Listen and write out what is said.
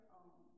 own